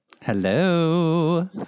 Hello